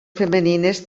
femenines